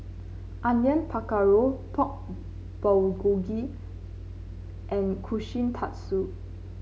Onion Pakora Pork Bulgogi and Kushikatsu